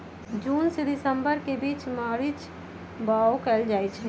जून से दिसंबर के बीच मरीच बाओ कएल जाइछइ